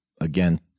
again